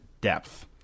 depth